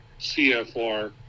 CFR